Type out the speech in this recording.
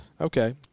Okay